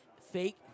fake